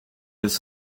was